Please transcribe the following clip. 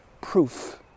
proof